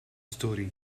story